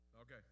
Okay